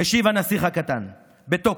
השיב הנסיך הקטן בתוקף.